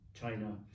China